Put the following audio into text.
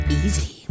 easy